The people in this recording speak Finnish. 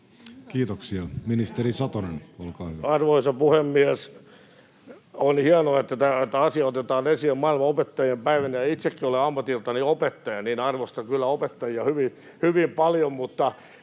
sd) Time: 16:05 Content: Arvoisa puhemies! On hienoa, että tämä asia otetaan esille maailman opettajien päivänä, ja itsekin olen ammatiltani opettaja, niin että arvostan kyllä opettajia hyvin paljon.